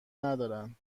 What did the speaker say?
ندارن